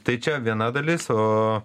tai čia viena dalis o